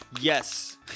Yes